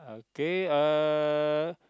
okay uh